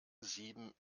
sieben